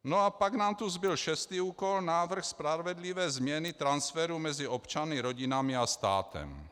No a pak nám tu zbyl šestý úkol, návrh spravedlivé změny transferu mezi občany, rodinami a státem.